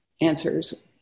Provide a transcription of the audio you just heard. answers